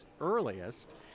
earliest